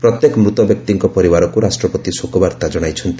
ପ୍ରତ୍ୟେକ ମୃତ ବ୍ୟକ୍ତିଙ୍କ ପରିବାରକୁ ରାଷ୍ଟ୍ରପତି ଶୋକବାର୍ତ୍ତା ଜଣାଇଛନ୍ତି